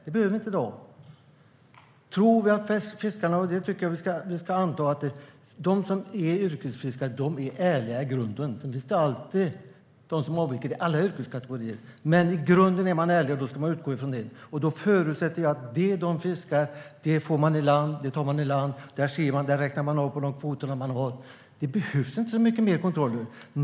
Det behöver vi inte i dag. Jag tycker att vi ska anta att de som är yrkesfiskare i grunden är ärliga. Det finns alltid i alla yrkeskategorier de som avviker. Men i grunden är de ärliga. Då ska man utgå från det. Då förutsätter jag att de tar i land det som de har fiskat upp. De räknar av det i förhållande till de kvoter de har. Det behövs inte så mycket mer kontroll.